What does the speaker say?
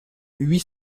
huit